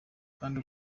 kandi